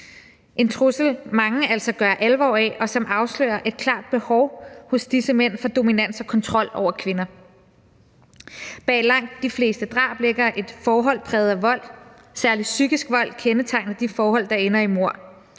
en trussel, mange altså gør alvor af, og som afslører et klart behov hos disse mænd for dominans og kontrol over kvinder. Bag langt de fleste drab ligger et forhold præget af vold. Særlig psykisk vold kendetegner de forhold, der ender i mord.